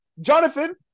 Jonathan